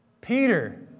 Peter